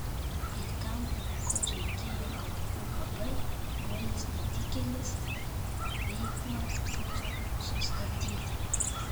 kai kam kai kur reikėjo kad uab builis netikėlis veikla būtų sustabdyta